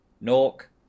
Nork